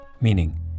Meaning